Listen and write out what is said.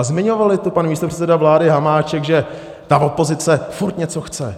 Zmiňoval tady pan místopředseda vlády Hamáček, že ta opozice furt něco chce.